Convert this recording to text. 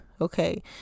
okay